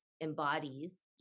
embodies